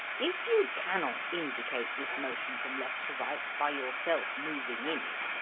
if you cannot indicate this motion from left to right by yourself moving in it,